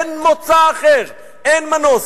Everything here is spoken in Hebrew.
אין מוצא אחר, אין מנוס.